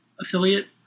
affiliate